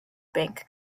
bank